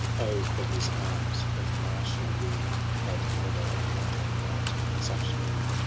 o, for his arms! of martial weed had never mortal knight such need